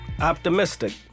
Optimistic